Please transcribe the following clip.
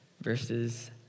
verses